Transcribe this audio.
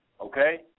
Okay